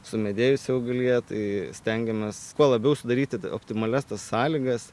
sumedėjusi augalija tai stengiamės kuo labiau sudaryti optimalias tas sąlygas